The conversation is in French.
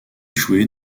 jouer